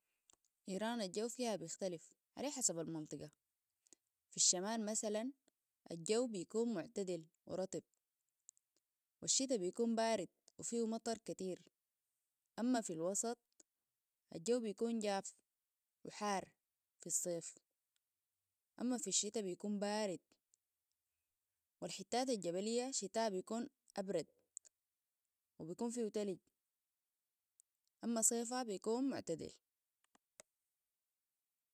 يران الجو فيها بيختلف علي حسب المنطقة في الشمال مثلا الجو بيكون معتدل ورطب والشتاء بيكون بارد وفيه مطر كتير أما في الوسط الجو بيكون جاف وحار في الصيف أما في الشتاء بيكون بارد والحتات الجبلية شتهاء بيكون أبرد بيكون فيه تلج أما صيفها بيكون معتدل